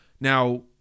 Now